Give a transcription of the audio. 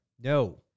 No